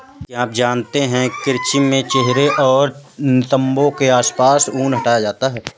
क्या आप जानते है क्रचिंग में चेहरे और नितंबो के आसपास से ऊन हटाया जाता है